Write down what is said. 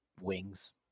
wings